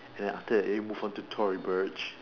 and then after that move on to Tory Burch